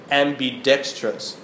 ambidextrous